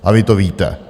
A vy to víte.